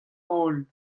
holl